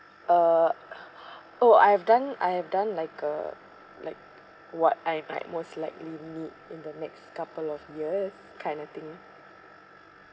uh oh I've done I've done like a like what I might most likely need in the next couple of years kind of thing